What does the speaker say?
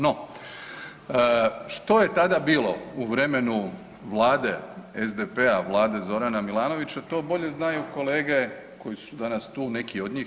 No, što je tada bilo u vremenu Vlade SDP-a, Vlade Zorana Milanovića to bolje znaju kolege koji su danas tu neki od njih.